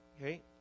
Okay